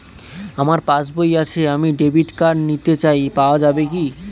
আমার পাসবই আছে আমি ডেবিট কার্ড নিতে চাই পাওয়া যাবে কি?